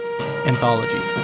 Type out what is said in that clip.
Anthology